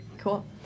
Cool